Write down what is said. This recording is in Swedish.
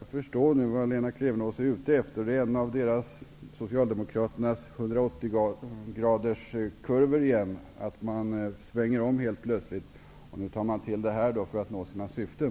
Herr talman! Jag börjar nu förstå vad Lena Klevenås är ute efter. Detta är en av Socialdemokraternas 180-graders kurvor. Man svänger helt plötsligt om. Nu tar man till detta för att nå sina syften.